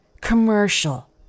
Commercial